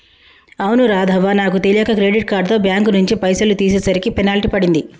అవును రాధవ్వ నాకు తెలియక క్రెడిట్ కార్డుతో బ్యాంకు నుంచి పైసలు తీసేసరికి పెనాల్టీ పడింది